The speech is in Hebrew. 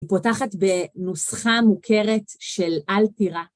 היא פותחת בנוסחה מוכרת של "אל תירא"